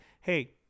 hey